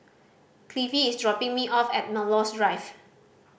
Cliffie is dropping me off at Melrose Drive